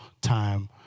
time